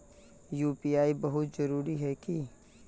UPI बहुत जरूरी है की?